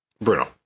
Bruno